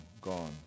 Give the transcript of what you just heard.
gone